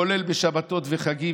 כולל בשבתות וחגים,